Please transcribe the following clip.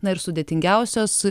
na ir sudėtingiausios